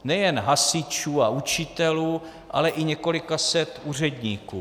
Nejen hasičů a učitelů, ale i několika set úředníků.